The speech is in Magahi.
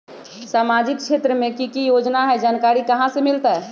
सामाजिक क्षेत्र मे कि की योजना है जानकारी कहाँ से मिलतै?